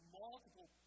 multiple